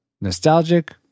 nostalgic